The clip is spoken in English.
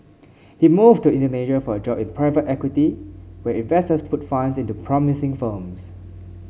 he moved to Indonesia for a job in private equity where investors put funds into promising firms